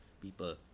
people